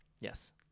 Yes